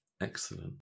Excellent